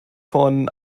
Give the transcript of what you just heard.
von